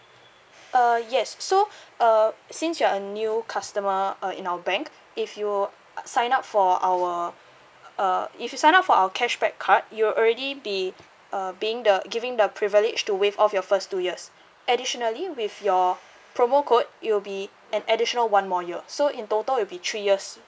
uh yes so uh since you are a new customer uh in our bank if you sign up for our uh if you sign up for our cashback card you already be uh being the giving the privilege to waive off your first two years additionally with your promo code it'll be an additional one more year so in total will be three years